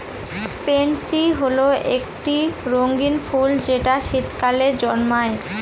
pansy হল একটি রঙ্গীন ফুল যেটা শীতকালে জন্মায়